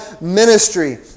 ministry